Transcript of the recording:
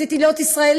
רציתי להיות ישראלית.